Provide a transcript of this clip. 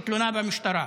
הגישו תלונה במשטרה.